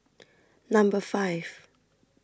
Number five